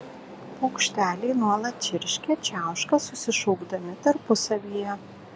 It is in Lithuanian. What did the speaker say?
paukšteliai nuolat čirškia čiauška susišaukdami tarpusavyje